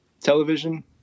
television